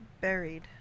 buried